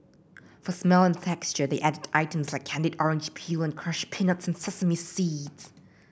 for smell and texture they added items like candied orange peel and crushed peanuts and sesame seeds